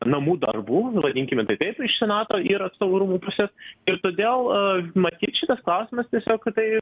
namų darbų vadinkime tai taip iš senato ir atstovų rūmų pusės ir todėl a matyt šitas klausimas tiesiog tai